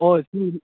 ꯑꯣ ꯁꯤ